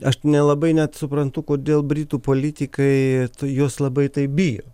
aš nelabai net suprantu kodėl britų politikai jos labai taip bijo